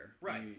Right